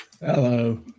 Hello